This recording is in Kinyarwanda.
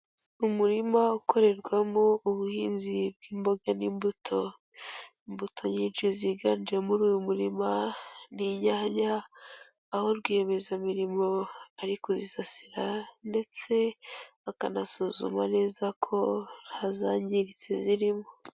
Umurima ukorerwamo ubuhinzi bw'imboga n'imbuto, imbuto nyinshi ziganje muri uyu murimo ni inyanya, aho rwiyemezamirimo ari kuzisasira ndetse akanasuzuma neza ko nta zangiritse zirimo.